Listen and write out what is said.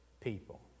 people